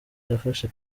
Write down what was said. yafashe